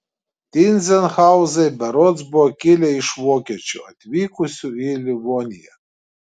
tyzenhauzai berods buvo kilę iš vokiečių atvykusių į livoniją